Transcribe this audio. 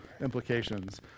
implications